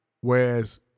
whereas